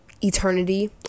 eternity